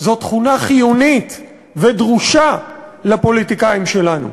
הוא תכונה חיונית ודרושה לפוליטיקאים שלנו.